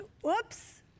Whoops